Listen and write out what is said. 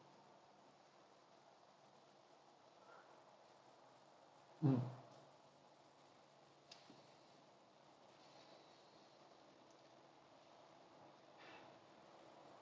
mm